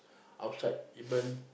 outside even